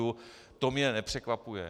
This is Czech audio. To mě nepřekvapuje.